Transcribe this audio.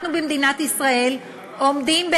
אנחנו במדינת ישראל עומדים,